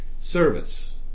service